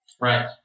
right